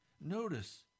Notice